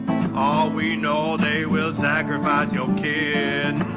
oh we know they will sacrifice your kid.